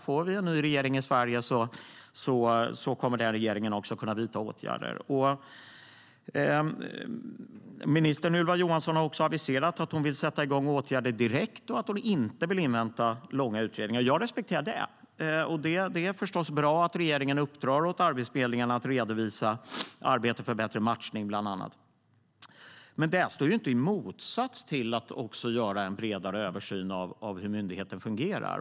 Får vi en ny regering i Sverige kommer den regeringen också att kunna vidta åtgärder. Ministern Ylva Johansson har också aviserat att hon vill sätta igång åtgärder direkt och att hon inte vill invänta långa utredningar. Jag respekterar det. Det är förstås bra att regeringen uppdrar åt Arbetsförmedlingen att redovisa bland annat arbete för bättre matchning. Men det står inte i motsats till att också göra en bredare översyn av hur myndigheten fungerar.